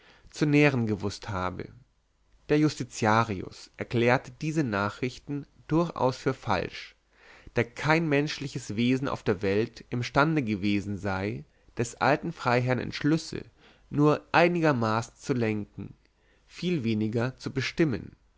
zu nähren gewußt habe der justitiarius erklärte diese nachrichten durchaus für falsch da kein menschliches wesen auf der welt imstande gewesen sei des alten freiherrn entschlüsse nur einigermaßen zu lenken viel weniger zu bestimmen